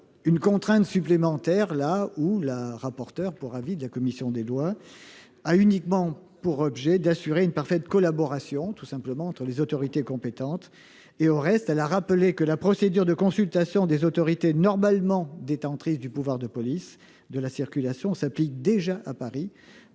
où il s'agit seulement, comme la rapporteur pour avis de la commission des lois l'a expliqué, d'assurer une parfaite collaboration entre les autorités compétentes ? Au reste, elle a rappelé que la procédure de consultation des autorités normalement détentrices du pouvoir de police de la circulation s'applique déjà, à Paris,